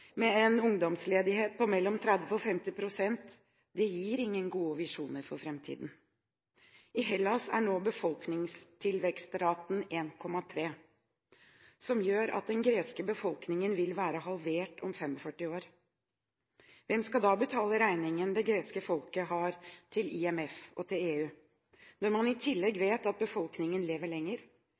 med en ungdomsledighet på 30–50 pst., gir ingen gode visjoner for framtiden. I Hellas er befolkningstilvekstraten nå på 1,3, som gjør at den greske befolkningen vil være halvert om 45 år. Hvem skal da betale regningen det greske folket får fra IMF og EU? Når man i tillegg vet at befolkningen lever lenger,